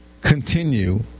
continue